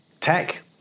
Tech